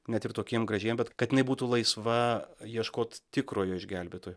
net ir tokiem gražiem bet kad jinai būtų laisva ieškot tikrojo išgelbėtojo